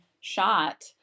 shot